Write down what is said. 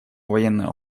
военного